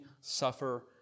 suffer